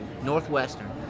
Northwestern